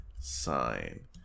sign